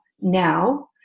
now